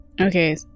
Okay